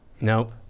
Nope